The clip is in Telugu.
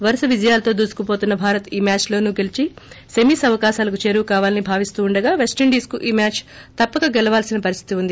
వరుస విజయాలతో దూసుకుపోతున్న భారత్ ఈ మ్యాద్లోనూ గెలీచి సెమీస్ అవకాశాలకు చేరువకావాలని భావిస్తుండగా పెస్లిండీస్కు ఈ మ్యాద్ తప్పక గెలవాల్సిన పరిస్లితి ఉంది